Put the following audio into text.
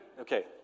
Okay